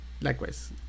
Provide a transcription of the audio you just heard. likewise